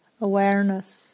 awareness